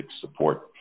support